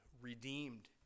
redeemed